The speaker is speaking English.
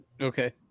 okay